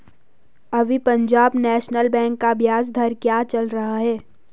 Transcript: अभी Punjab National Bank का ब्याज दर क्या चल रहा है?